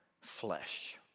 flesh